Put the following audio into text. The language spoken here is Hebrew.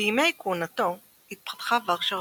בימי כהונתו התפתחה ורשה רבות,